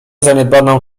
zaniedbaną